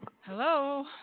Hello